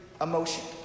emotion